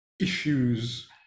issues